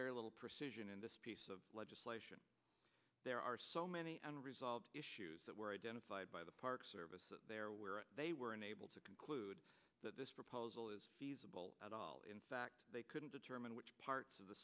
very little precision in this piece of legislation there are so many unresolved issues that were identified by the park service there where they were unable to conclude that this proposal is at all in fact they couldn't determine which parts of the